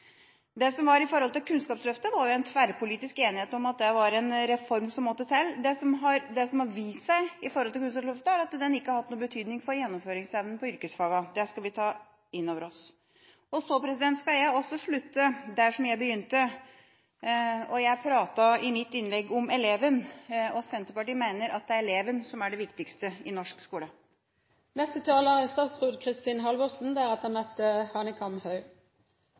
Kunnskapsløftet, var det tverrpolitisk enighet om at det var en reform som måtte til. Det som har vist seg, er at den ikke har hatt noen betydning for gjennomføringsevnen på yrkesfagene. Det skal vi ta inn over oss. Så skal jeg også slutte der jeg begynte: Jeg pratet i mitt innlegg om eleven, og Senterpartiet mener at det er eleven som er det viktigste i norsk skole. Nå skal jeg prøve å holde meg til Stortingets fair play-regler, som er